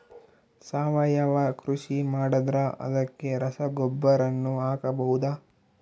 ಸಾವಯವ ಕೃಷಿ ಮಾಡದ್ರ ಅದಕ್ಕೆ ರಸಗೊಬ್ಬರನು ಹಾಕಬಹುದಾ?